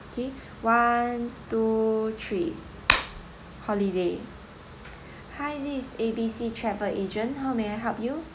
okay one two three holiday hi this is A B C travel agent how may I help you